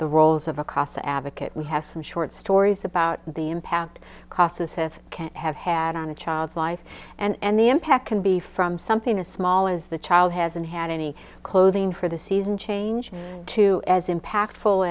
the roles of across advocate we have some short stories about the impact cost this fifth can have had on a child's life and the impact can be from something as small as the child hasn't had any clothing for the season change to as impactful